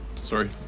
Sorry